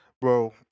bro